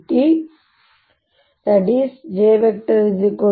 e